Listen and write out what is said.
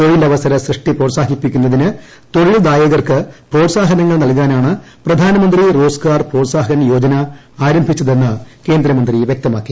തൊഴിലവസര സൃഷ്ടി പ്രോത്സാഹിപ്പിക്കുന്നതിന് തൊഴിൽദായകർക്ക് പ്രോത്സാഹനങ്ങൾ നൽകാനാണ് പ്രധാൻ മന്ത്രി റോസ്ഗാർ പ്രോത്സാഹൻ യോജന ആരംഭിച്ചതെന്ന് കേന്ദ്രമന്ത്രി വ്യക്തമാക്കി